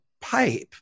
pipe